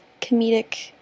comedic